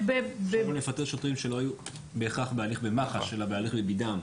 אפשר גם לפטר שוטרים שלא היו בהכרח בהליך במח"ש אלא בהליך בביד"ם.